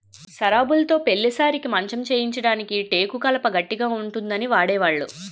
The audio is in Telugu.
సరాబులుతో పెళ్లి సారెకి మంచం చేయించడానికి టేకు కలప గట్టిగా ఉంటుందని వాడేవాళ్లు